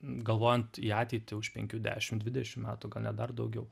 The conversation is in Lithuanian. galvojant į ateitį už penkių dešim dvidešim metų gal net dar daugiau